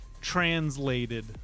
translated